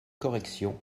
corrections